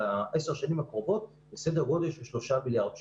ב-10 השנים הקרובות בסדר גודל של 3 מיליארד שקל.